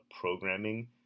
programming